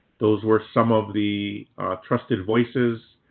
those were some of the trusted voices.